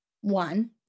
one